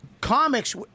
comics